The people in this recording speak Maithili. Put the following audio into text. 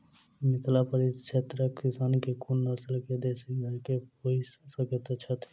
मिथिला परिक्षेत्रक किसान केँ कुन नस्ल केँ देसी गाय केँ पोइस सकैत छैथि?